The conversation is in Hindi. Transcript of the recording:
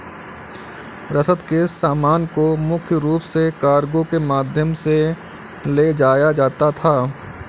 रसद के सामान को मुख्य रूप से कार्गो के माध्यम से ले जाया जाता था